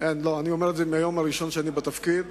אני אומר את זה מהיום הראשון שאני בתפקיד.